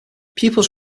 pupils